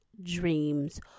dreams